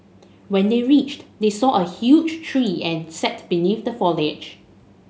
when they reached they saw a huge tree and sat beneath the foliage